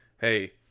hey